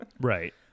Right